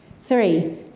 three